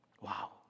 Wow